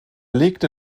legte